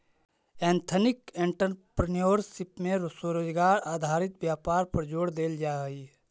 ethnic entrepreneurship में स्वरोजगार आधारित व्यापार पर जोड़ देल जा हई